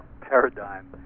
paradigm